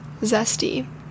Zesty